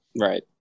Right